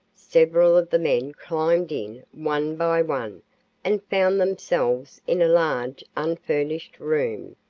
several of the men climbed in one by one and found themselves in a large unfurnished room,